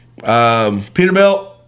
Peterbilt